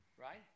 Right